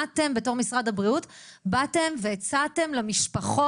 מה אתם בתור משרד הבריאות מציעים למשפחות?